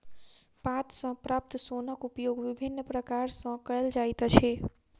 पात सॅ प्राप्त सोनक उपयोग विभिन्न प्रकार सॅ कयल जाइत अछि